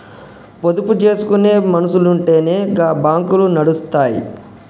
పొదుపు జేసుకునే మనుసులుంటెనే గా బాంకులు నడుస్తయ్